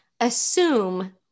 assume